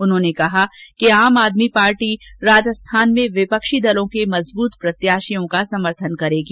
उन्होंने कहा कि आम आदमी पार्टी राजस्थान में विपक्षी दलों के मजबूत प्रत्याशियों का समर्थन करेंगी